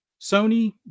Sony